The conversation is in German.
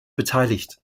beteiligt